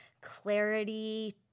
clarity